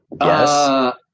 Yes